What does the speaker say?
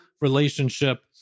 relationship